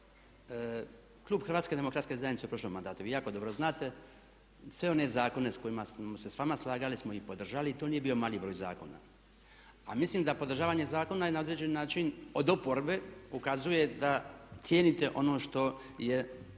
Klub Hrvatske demokratske zajednice u prošlom mandatu, vi jako dobro znate, sve one zakone s kojima smo se s vama slagali smo i podržali i to nije bio mali broj zakona. A mislim da podržavanje zakona je na određen način od oporbe ukazuje da cijenite ono što